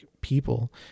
people